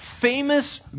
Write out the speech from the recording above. famous